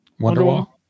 Wonderwall